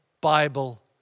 Bible